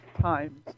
times